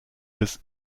des